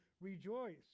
rejoice